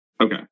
Okay